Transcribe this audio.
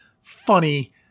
funny